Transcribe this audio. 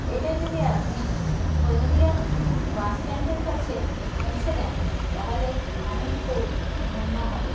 এটা যদি আপনি হলদিয়া বাস স্ট্যান্ডের কাছে পৌঁছে দেন তাহলে আমি খুব ধন্য হবো